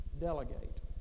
delegate